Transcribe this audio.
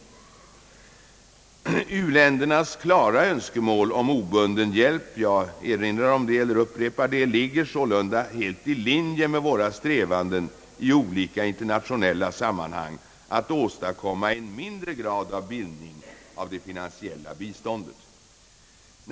U-ländernas klara önskemål om obunden hjälp — jag upprepar detta — ligger sålunda helt i linje med våra strävanden i olika internationella sammanhang att åstadkomma en mindre grad av bindning av det finansiella biståndet.